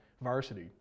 varsity